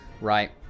right